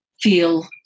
feel